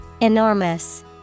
Enormous